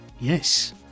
Yes